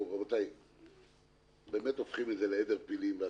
רבותי, באמת הופכים את זה לעדר פילים.